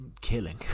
killing